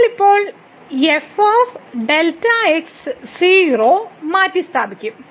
നമ്മൾ ഇപ്പോൾ f Δx 0 മാറ്റിസ്ഥാപിക്കും